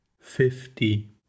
fifty